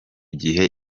gihe